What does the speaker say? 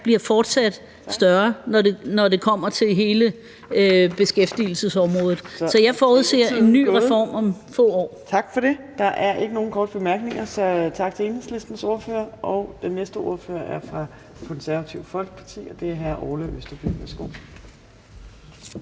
bliver fortsat større, når det kommer til hele beskæftigelsesområdet. Så jeg forudser en ny reform om få år. Kl. 17:16 Fjerde næstformand (Trine Torp): Tak for det. Der er ikke nogen korte bemærkninger, så tak til Enhedslistens ordfører. Den næste ordfører er fra Det Konservative Folkeparti, og det er hr. Orla Østerby.